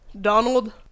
Donald